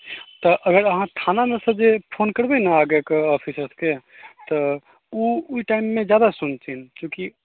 तऽ अगर अहाँ थानामेसँ जे फोन करबै ने आगे ऑफिसरके तऽ ओ ई टाइममे ज्यादा सुनथिन चूँकि